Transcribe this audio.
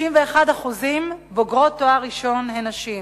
61% מבוגרי תואר ראשון הם נשים,